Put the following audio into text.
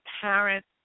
parent